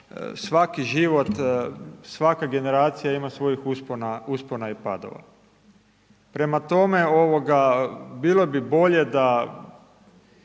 svaki život, svaka generacija ima svojih uspona i padova. Prema tome ovoga bilo bi bolje da